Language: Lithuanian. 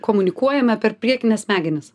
komunikuojame per priekines smegenis